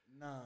Nah